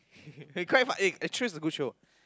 quite fun eh true is a good show